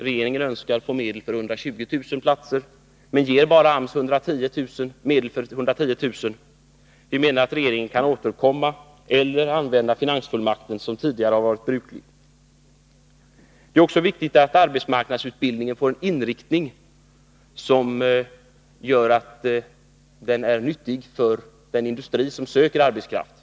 Regeringen önskar få medel för 120 000 platser men ge AMS medel för bara 110000. Vi menar att regeringen kan återkomma till riksdagen eller använda finansfullmakten, som tidigare varit brukligt. Det är viktigt att arbetsmarknadsutbildningen får en inriktning som gör den nyttig för den industri som söker arbetskraft.